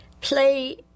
play